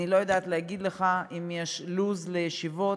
אני לא יודעת להגיד לך אם יש לו"ז לישיבות,